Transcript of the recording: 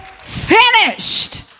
finished